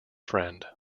friend